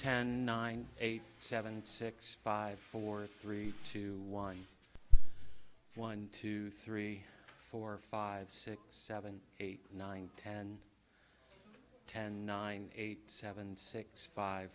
ten nine eight seven six five four three two one one two three four five six seven eight nine ten ten nine eight seven six five